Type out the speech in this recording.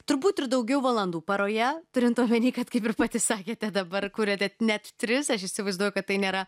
turbūt ir daugiau valandų paroje turint omeny kad kaip ir pati sakėte dabar kuriate net tris aš įsivaizduoju kad tai nėra